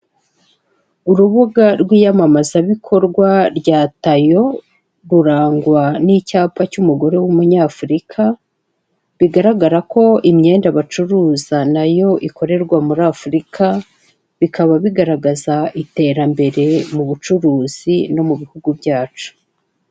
Urubuga rw'iyamamazabikorwa rya Tayo, rurangwa n'icyapa cy'umugore w'umunyafurika, bigaragara ko imyenda bacuruza na yo ikorerwa muri Afurika, bikaba bigaragaza iterambere mu bucuruzi no mu bihugu byacu.